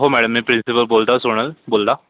हो मॅडम मी प्रिंसिपल बोलतो सोणल बोला